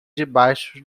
debaixo